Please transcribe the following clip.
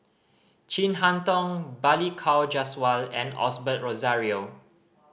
Chin Harn Tong Balli Kaur Jaswal and Osbert Rozario